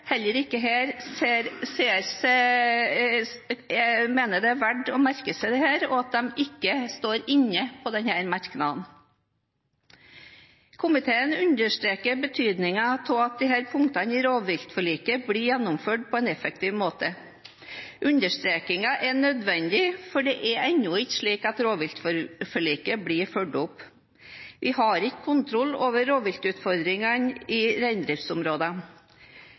ikke er med på denne merknaden. Komiteen understreker betydningen av at disse punktene i rovviltforliket blir gjennomført på en effektiv måte. Understrekingen er nødvendig, for det er enda ikke slik at rovviltforliket blir fulgt opp. Vi har ikke kontroll over rovviltutfordringene i